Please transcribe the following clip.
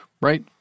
right